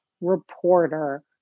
reporter